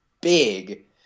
big